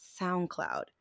SoundCloud